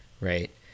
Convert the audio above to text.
right